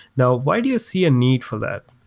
now, why do you see a need for that?